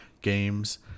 games